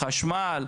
חשמל,